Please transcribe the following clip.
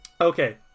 Okay